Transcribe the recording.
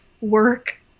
work